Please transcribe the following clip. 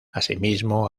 asimismo